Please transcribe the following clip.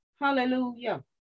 Hallelujah